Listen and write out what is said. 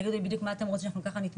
תגידו לי בדיוק מה שאתם רוצים שאנחנו נתמקד